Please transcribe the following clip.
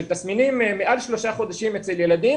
של תסמינים מעל שלושה חודשים אצל ילדים,